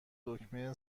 دکمه